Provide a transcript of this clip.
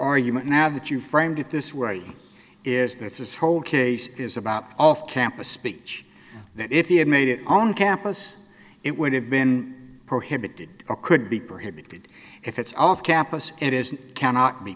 argument now that you framed it this way is that this whole case is about off campus speech that if he had made it on campus it would have been prohibited or could be prohibited if it's off campus it isn't cannot be